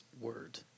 word